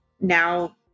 now